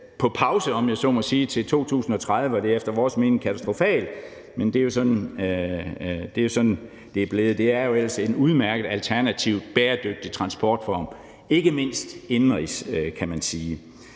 på pause, om jeg så må sige, til 2030, og det er efter vores mening katastrofalt. Men det er jo sådan, det er blevet. Det er jo ellers en udmærket alternativ, bæredygtig transportform, ikke mindst indenrigs, kan man sige.